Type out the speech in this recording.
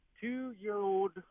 two-year-old